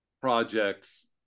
projects